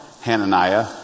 Hananiah